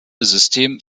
system